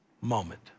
moment